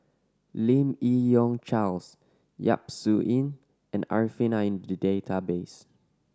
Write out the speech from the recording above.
Lim Yi Yong Charles Yap Su Yin and Arifin are in the database